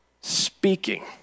speaking